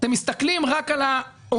אתם מסתכלים רק על העובד,